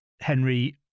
henry